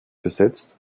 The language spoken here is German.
besetzt